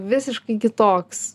visiškai kitoks